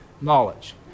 knowledge